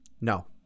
No